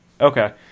Okay